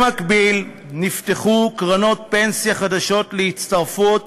במקביל נפתחו קרנות פנסיה חדשות להצטרפות